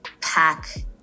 pack